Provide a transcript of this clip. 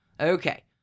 Okay